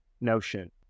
notion